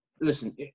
listen